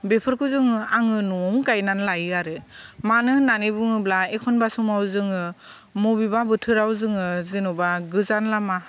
बेफोरखौ जोङो आङो न'आवनो गायनानै लायो आरो मानो होननानै बुङोब्ला एखनबा समाव जोङो मबेबा बोथोराव जोङो जेनबा गोजान लामा